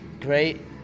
great